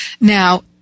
Now